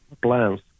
plans